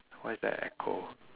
what is that echo